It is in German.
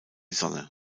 sonne